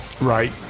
Right